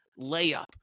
layup